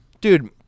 Dude